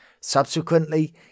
Subsequently